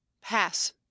pass